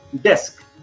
desk